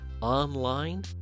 online